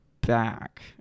back